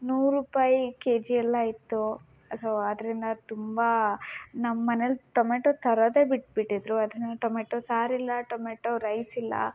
ನೂರು ರೂಪಾಯಿ ಕೆಜಿ ಎಲ್ಲ ಇತ್ತು ಸೊ ಅದರಿಂದ ತುಂಬ ನಮ್ಮ ಮನೇಲಿ ಟೊಮೆಟೋ ತರೋದೇ ಬಿಟ್ಬಿಟ್ಟಿದ್ರು ಆದ್ದರಿಂದ ಟೊಮೆಟೋ ಸಾರು ಇಲ್ಲ ಟೊಮೆಟೋ ರೈಸ್ ಇಲ್ಲ